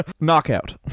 Knockout